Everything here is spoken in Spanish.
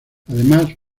además